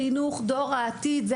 חינוך דור העתיד,